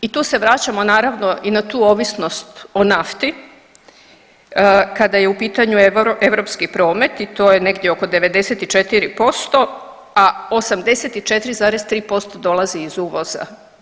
I tu se vraćamo naravno i na tu ovisnost o nafti kada je u pitanju europski promet i to je negdje oko 94%, a 84,3% dolazi iz uvoza.